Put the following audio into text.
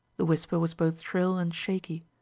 the whisper was both shrill and shaky.